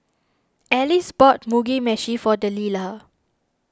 Alice bought Mugi Meshi for Deliah